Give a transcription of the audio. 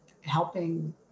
helping